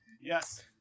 yes